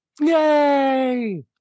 Yay